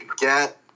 get